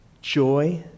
joy